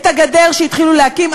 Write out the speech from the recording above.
את הגדר שהתחילו להקים,